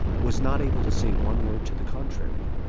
was not able to say one word to the contrary.